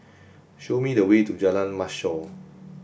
show me the way to Jalan Mashhor